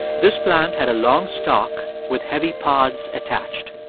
this plant had a long stalk with heavy pods attached.